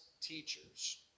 teachers